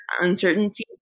uncertainty